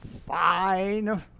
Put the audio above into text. Fine